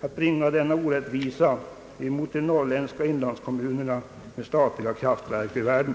att bringa denna orättvisa mot de norrländska inlandskommunerna med statliga kraftverk ur världen.